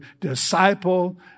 disciple